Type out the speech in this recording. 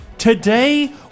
Today